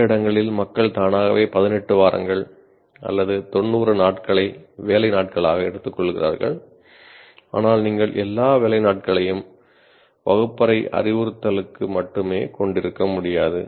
சில இடங்களில் மக்கள் தானாகவே 18 வாரங்கள் அல்லது 90 நாட்களை வேலை நாட்களாக எடுத்துக்கொள்கிறார்கள் ஆனால் நீங்கள் எல்லா வேலை நாட்களையும் வகுப்பறை அறிவுறுத்தலுக்கு மட்டுமே கொண்டிருக்க முடியாது